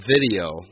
video